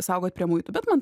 saugot prie muitų bet man